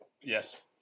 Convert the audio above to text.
Yes